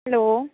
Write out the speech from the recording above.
hello